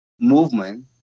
movement